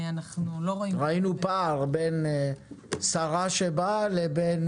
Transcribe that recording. אנחנו רואים פה את הפער בין שרה שבאה לדיון